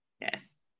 Yes